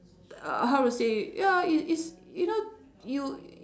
uh how to say ya i~ is you know you